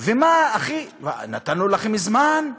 ומה, נתנו לכם זמן,